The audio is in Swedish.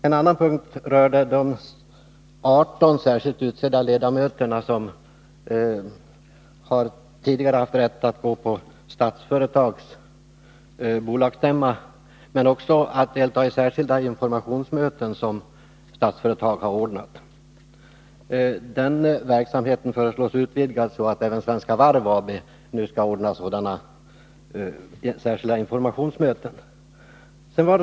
En annan punkt gäller de 18 särskilt utsedda riksdagsledamöter som har rätt att delta vid Statsföretags bolagsstämmor, men som också kallats till särskilda informationsmöten som Statsföretag ordnat. Denna verksamhet föreslås nu bli utvidgad, så att även Svenska Varv AB ordnar sådana särskilda informationsmöten.